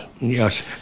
Yes